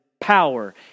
power